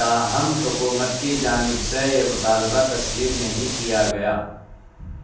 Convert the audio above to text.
تاہم حکومت کی جانب سے یہ مطالبہ تسلیم نہیں کیا گیا